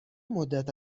مدت